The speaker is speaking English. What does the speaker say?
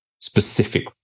specific